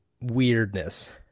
weirdness